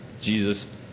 Jesus